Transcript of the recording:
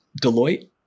Deloitte